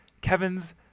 Kevin's